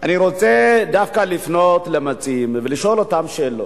אני רוצה דווקא לפנות למציעים ולשאול אותם שאלות,